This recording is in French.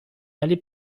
allé